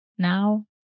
now